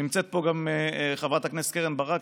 נמצאת פה גם חברת הכנסת קרן ברק,